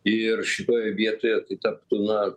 ir šioje vietoje tai ta pilna